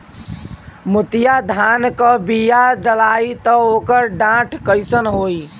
मोतिया धान क बिया डलाईत ओकर डाठ कइसन होइ?